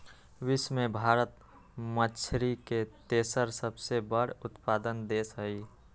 विश्व में भारत मछरी के तेसर सबसे बड़ उत्पादक देश हई